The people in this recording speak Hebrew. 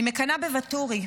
אני מקנאה בוואטורי,